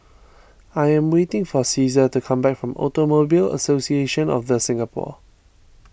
I am waiting for Caesar to come back from Automobile Association of the Singapore